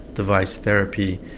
device therapy,